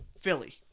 Philly